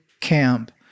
camp